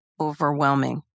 overwhelming